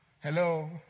Hello